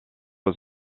aux